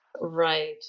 Right